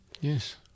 Yes